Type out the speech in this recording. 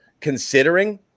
considering